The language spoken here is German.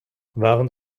waren